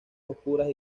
oscuras